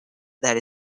that